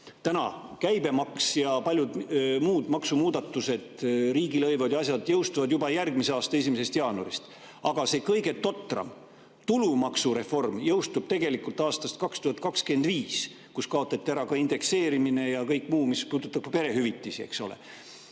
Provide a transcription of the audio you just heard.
Täna käibemaks ja paljud muud maksumuudatused, riigilõivud ja asjad jõustuvad juba järgmise aasta 1. jaanuaril. Aga see kõige totram, tulumaksureform, jõustub tegelikult aastal 2025, kui kaotatakse ära indekseerimine ja kõik muu, mis puudutab ka perehüvitisi.